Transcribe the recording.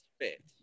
fit